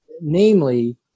Namely